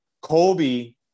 Kobe